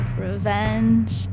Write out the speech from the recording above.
Revenge